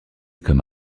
comme